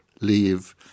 leave